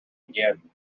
again